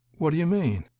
what do you mean?